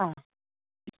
आं